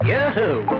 Yahoo